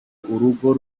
urugo